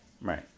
Right